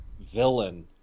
villain